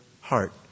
heart